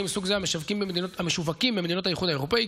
מסוג זה המשווקים במדינות האיחוד האירופי,